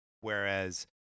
whereas